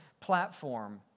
platform